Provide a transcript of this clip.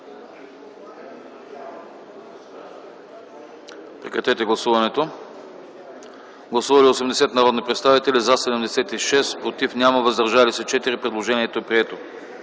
Моля, гласувайте. Гласували 86 народни представители: за 83, против няма, въздържали се 3. Предложението е прието.